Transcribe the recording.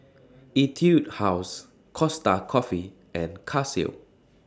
Etude House Costa Coffee and Casio